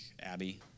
Abby